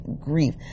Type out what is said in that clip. grief